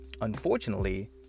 Unfortunately